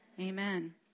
Amen